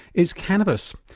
is cannabis.